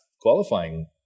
qualifying